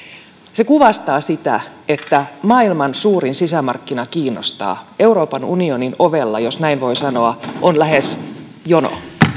se kuvastaa sitä että maailman suurin sisämarkkina kiinnostaa euroopan unionin ovella jos näin voi sanoa on lähes jono